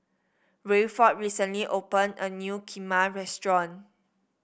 Rayford recently opened a new Kheema restaurant